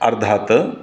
अर्थात्